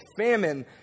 famine